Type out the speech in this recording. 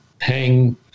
hang